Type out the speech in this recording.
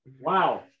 wow